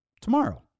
tomorrow